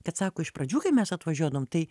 kad sako iš pradžių kai mes atvažiuodavom tai